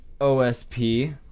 OSP